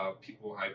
people